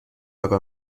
اقا